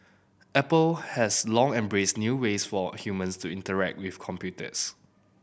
Apple has long embraced new ways for humans to interact with computers